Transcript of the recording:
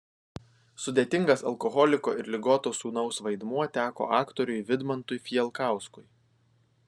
sudėtingas alkoholiko ir ligoto sūnaus vaidmuo teko aktoriui vidmantui fijalkauskui